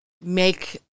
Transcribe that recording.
make